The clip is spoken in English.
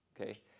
Okay